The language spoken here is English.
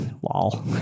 wall